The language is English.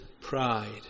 pride